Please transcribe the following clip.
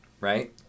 right